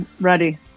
ready